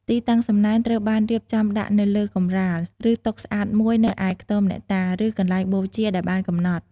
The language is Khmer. ទីតាំង សំណែនត្រូវបានរៀបចំដាក់នៅលើកម្រាល ឬតុស្អាតមួយនៅឯខ្ទមអ្នកតា ឬកន្លែងបូជាដែលបានកំណត់។